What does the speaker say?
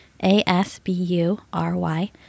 A-S-B-U-R-Y